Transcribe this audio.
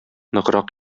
ныграк